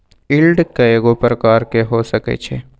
yield कयगो प्रकार के हो सकइ छइ